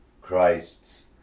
Christ's